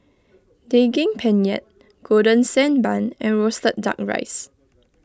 Daging Penyet Golden Sand Bun and Roasted Duck Rice